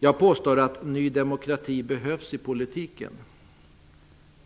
Jag påstår att Ny demokrati behövs i politiken,